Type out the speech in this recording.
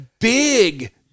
big